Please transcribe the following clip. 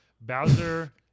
Bowser